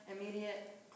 immediate